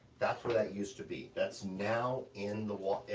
that's where that used to be. that's now in the wa.